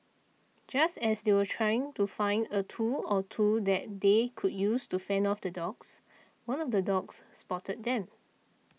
just as they were trying to find a tool or two that they could use to fend off the dogs one of the dogs spotted them